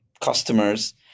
customers